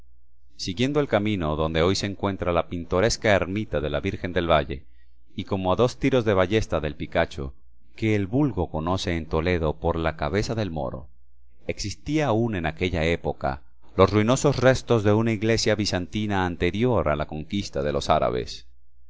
siguiendo el camino donde hoy se encuentra la pintoresca ermita de la virgen del valle y como a dos tiros de ballesta del picacho que el vulgo conoce en toledo por la cabeza del moro existían aún en aquella época los ruinosos restos de una iglesia bizantina anterior a la conquista de los árabes